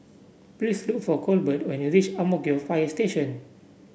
please look for Colbert when you reach Ang Mo Kio Fire Station